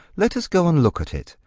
let us go and look at it.